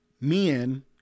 men